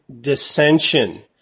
Dissension